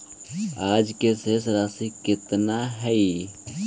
आज के शेष राशि केतना हई?